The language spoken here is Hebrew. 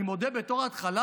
אני מודה, בתור התחלה